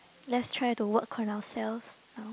let's try to work on ourselves